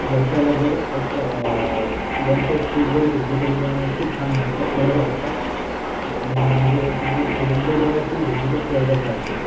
बसायला जर एक वन फोरथ सीट जरी भेटली तरी पण खूप छान वाटतं बरं वाटतं आणि म्हणजे तिथे जर विंडो जवळच सीट भेटली तर स्वर्गच वाटतो